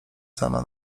sama